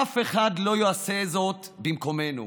אף אחד לא יעשה זאת במקומנו.